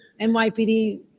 NYPD